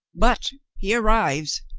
but he arrives.